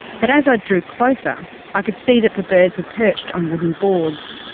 but as i drew closer i could see that the birds were perched on wooden boards,